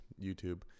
youtube